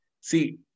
See